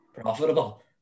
profitable